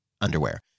underwear